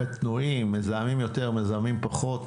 קטנועים מזהמים יותר, מזהמים פחות.